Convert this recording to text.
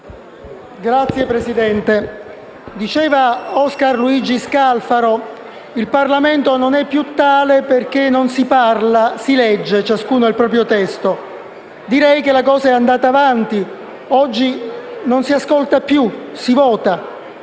Signor Presidente, diceva Oscar Luigi Scalfaro che il Parlamento non è più tale perché non si parla, si legge, ciascuno il proprio testo. Direi che la cosa è andata avanti. Oggi non si ascolta più, si vota